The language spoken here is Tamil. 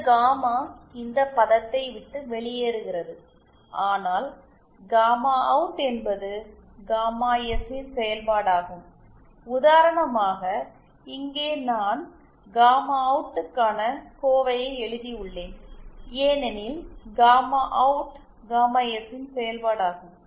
இந்த காமா இந்த பதத்தை விட்டு வெளியேறுகிறது ஆனால் காமா அவுட் என்பது காமா எஸ் இன் செயல்பாடாகும் உதாரணமாக இங்கே நான் காமா அவுட்டு க்கான எக்ஸ்பிரேஷனை எழுதியுள்ளேன் ஏனெனில் காமா அவுட் காமா எஸ் ன் செயல்பாடாகும்